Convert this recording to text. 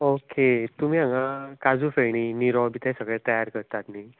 okay तुमी हांगा काजू फेणी निरो बी सगळे तयार करतात न्हय